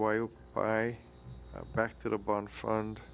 wyo buy back to the bond fund